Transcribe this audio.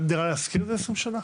גם "דירה להשכיר" זה ל-20 שנה?